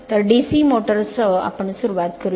तर DC motors सह प्रारंभ करा